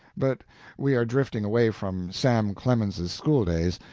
but we are drifting away from sam clemens's school-days.